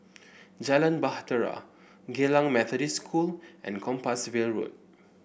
Jalan Bahtera Geylang Methodist School and Compassvale Road